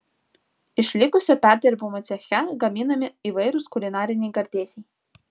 iš likusio perdirbimo ceche gaminami įvairūs kulinariniai gardėsiai